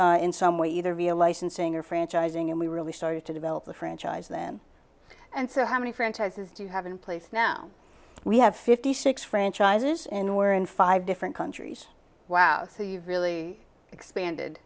expand in some way either via licensing or franchising and we really started to develop the franchise then and so how many franchises do you have in place now we have fifty six franchises in where in five different countries wow so you really expanded